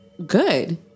Good